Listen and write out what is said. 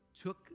took